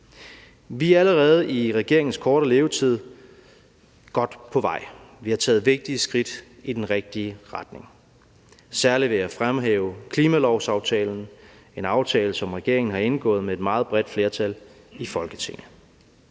Vi er allerede i regeringens korte levetid godt på vej. Vi har taget vigtige skridt i den rigtige retning. Særligt vil jeg fremhæve klimalovsaftalen – en aftale, som regeringen har indgået med et meget bredt flertal i Folketinget.